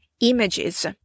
images